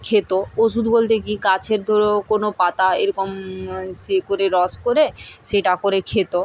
খেত ওষুধ বলতে কী গাছের ধরো কোনো পাতা এরকম শেকড়ে রস করে সেটা করে খেত